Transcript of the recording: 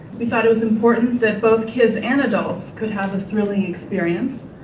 we thought it was important that both kids and adults could have a thrilling experience.